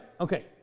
Okay